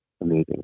amazing